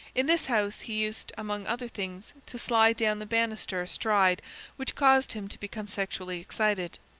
in this house he used, among other things, to slide down the banister astride which caused him to become sexually excited.